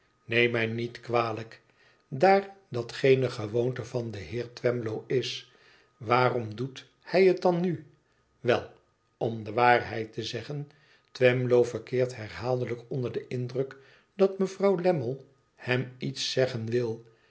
tneem mij niet kwalijk daar dat geene gewoonte van den heer twemlow is waarom doet hij het dan nu wel om de waarheid te zeggen twemlow verkeert herhaaldelijk onder den indruk dat mevrouw lammie hem iets zeggen wil